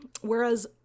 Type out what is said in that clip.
Whereas